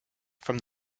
from